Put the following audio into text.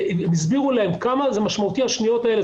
והסבירו להם כמה זה משמעותי השניות האלה,